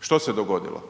što se dogodilo?